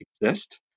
exist